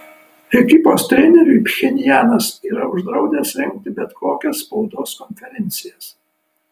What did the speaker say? ekipos treneriui pchenjanas yra uždraudęs rengti bet kokias spaudos konferencijas